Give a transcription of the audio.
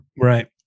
Right